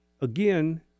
again